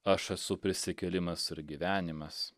aš esu prisikėlimas ir gyvenimas